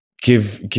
give